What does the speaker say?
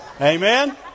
Amen